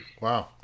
Wow